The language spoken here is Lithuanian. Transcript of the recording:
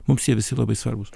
mums jie visi labai svarbūs